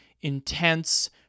intense